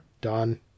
done